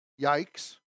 yikes